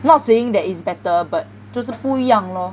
not saying that it's better but 就是不一样 lor